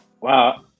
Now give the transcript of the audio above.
wow